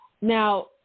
Now